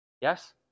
Yes